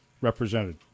represented